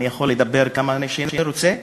אני יכול לדבר כמה שאני רוצה?